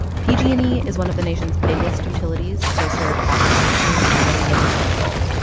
pg and e is one of the nation's biggest utilities. they serve about sixteen million people.